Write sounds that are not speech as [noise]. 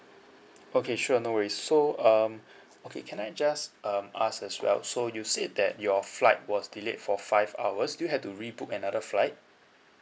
okay sure no worries so um [breath] okay can I just um ask as well so you said that your flight was delayed for five hours did you have to rebook another flight